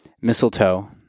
mistletoe